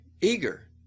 eager